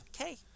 Okay